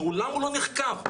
מעולם הוא לא נחקר,